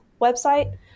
website